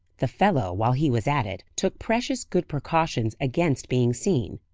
the fellow, while he was at it, took precious good precautions against being seen.